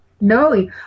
No